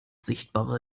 sichtbare